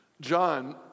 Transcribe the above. John